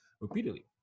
repeatedly